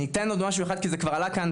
אני אתן עוד משהו אחד כי זה כבר עלה כאן,